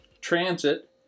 transit